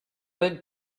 did